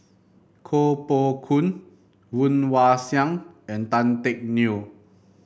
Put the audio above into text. Koh Poh Koon Woon Wah Siang and Tan Teck Neo